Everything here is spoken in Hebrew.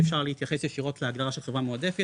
אי אפשר להתייחס ישירות להגדרה של חברה מועדפת,